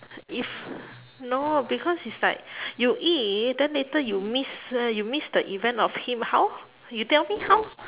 if no because is like you eat then later you miss the you miss the event of him how you tell me how